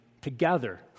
together